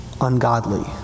ungodly